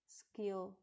skill